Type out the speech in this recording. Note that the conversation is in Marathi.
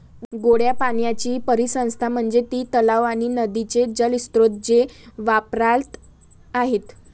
गोड्या पाण्याची परिसंस्था म्हणजे ती तलाव आणि नदीचे जलस्रोत जे वापरात आहेत